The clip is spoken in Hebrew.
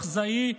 מחזאי,